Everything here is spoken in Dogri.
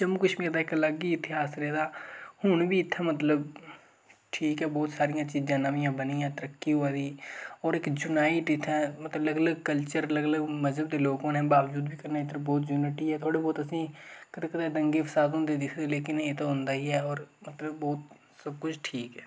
जम्मू कशमीर दा इक अलग ई इतिहास रेह् दा हून बी इत्थै मतलब ठीक ऐ बहुत सारियां चीजां न तरक्की होआ दी होर इक यूनाइट इत्थै मतलब अलग अलग कल्चर अलग अलग मजहब दे लोक बहुत यूनिटी ऐ दंगे फसाद होंदे दिक्खे और मतलब बहुत सब कुछ ठीक ऐ